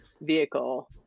vehicle